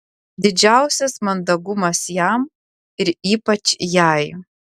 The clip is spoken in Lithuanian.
didžiausias mandagumas jam ir ypač jai